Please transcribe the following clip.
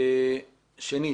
שנית,